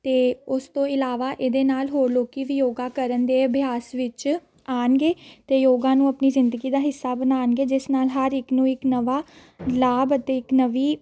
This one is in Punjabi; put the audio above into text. ਅਤੇ ਉਸ ਤੋਂ ਇਲਾਵਾ ਇਹਦੇ ਨਾਲ ਹੋਰ ਲੋਕ ਵੀ ਯੋਗਾ ਕਰਨ ਦੇ ਅਭਿਆਸ ਵਿੱਚ ਆਉਣਗੇ ਅਤੇ ਯੋਗਾ ਨੂੰ ਆਪਣੀ ਜ਼ਿੰਦਗੀ ਦਾ ਹਿੱਸਾ ਬਣਾਉਣਗੇ ਜਿਸ ਨਾਲ ਹਰ ਇੱਕ ਨੂੰ ਇੱਕ ਨਵਾਂ ਲਾਭ ਅਤੇ ਇੱਕ ਨਵੀਂ